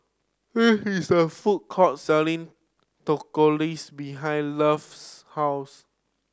there is a food court selling Tortillas behind Love's house